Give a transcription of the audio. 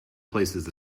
places